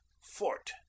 Fort